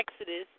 Exodus